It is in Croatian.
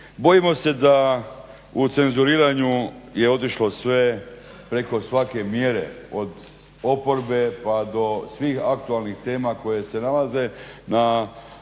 Bojimo se da u cenzuriranju je otišlo sve preko svake mjere, od oporbe pa do svih aktualnih tema koje se nalaze na